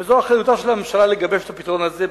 וזו אחריותה של הממשלה לגבש את הפתרון הזה.